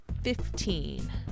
fifteen